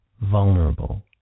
vulnerable